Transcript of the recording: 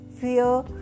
fear